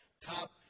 top